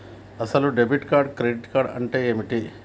అసలు debit card credit card అంటే ఏంది?